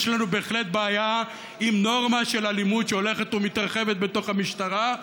יש לנו בהחלט בעיה עם נורמה של אלימות שהולכת ומתרחבת בתוך המשטרה,